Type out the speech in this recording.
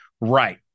right